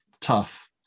tough